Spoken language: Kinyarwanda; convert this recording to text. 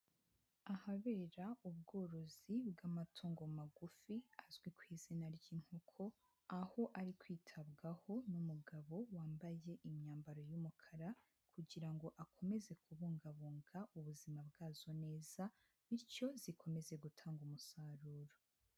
Ahabera ubworozi bw'amatungo magufi azwi ku izina ry'inkoko, aho ari kwitabwaho n'umugabo wambaye imyambaro y'umukara, kugira ngo akomeze kubungabunga ubuzima bwazo neza, bityo zikomeze gutanga umusaruro.